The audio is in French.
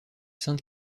sainte